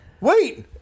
Wait